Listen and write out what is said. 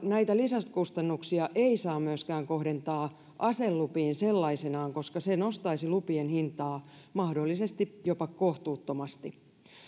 näitä lisäkustannuksia ei saa myöskään kohdentaa aselupiin sellaisenaan koska se nostaisi lupien hintaa mahdollisesti jopa kohtuuttomasti